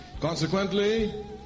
Consequently